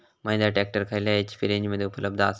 Mahindra tractor खयल्या HP रेंजमध्ये उपलब्ध आसा?